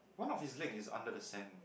one of his leg is under the sand